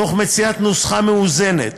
תוך מציאת נוסחה מאוזנת